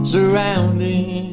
Surrounding